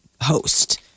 host